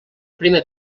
primer